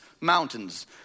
mountains